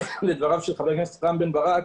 לדבריו של חבר הכנסת בן ברק,